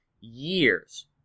years